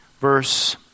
verse